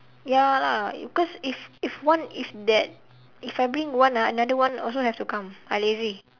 ya lah because if if one if that if I bring one ah another one also have to come I lazy